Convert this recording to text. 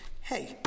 hey